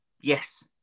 yes